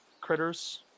critters